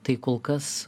tai kol kas